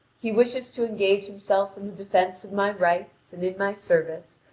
he wishes to engage himself in the defence of my rights and in my service,